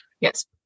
Yes